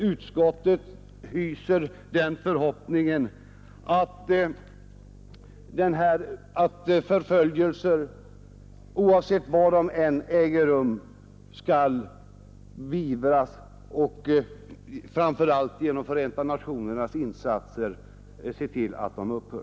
Utskottet hyser den förhoppningen att förföljelser oavsett var de äger rum skall beivras, och att man framför allt genom Förenta nationernas insatser skall se till att de upphör.